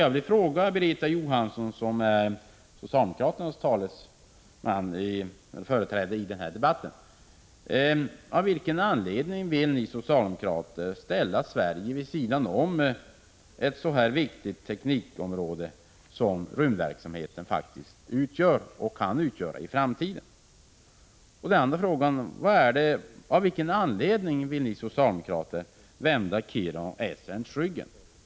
Jag vill fråga Birgitta Johansson, som är socialdemokraternas företrädare i den här debatten: Av vilken anledning vill ni socialdemokrater ställa Sverige vid sidan om ett så viktigt teknikområde som rymdverksamheten faktiskt utgör och kan utgöra i framtiden? Och av vilken anledning vill ni vända Kiruna och Esrange ryggen?